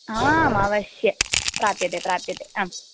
आम् अवश्यं प्राप्यते प्राप्यते आम्